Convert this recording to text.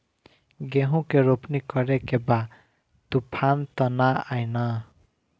गेहूं के रोपनी करे के बा तूफान त ना आई न?